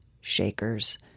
shakers